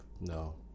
No